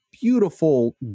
beautiful